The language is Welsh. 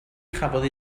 chafodd